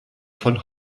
von